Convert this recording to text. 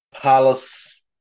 Palace